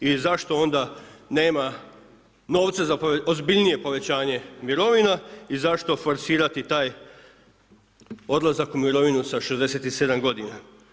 I zašto onda nema novca za ozbiljnije povećanje mirovina i zašto forsirati taj odlazak u mirovinu sa 67 godina?